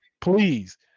Please